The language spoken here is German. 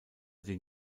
die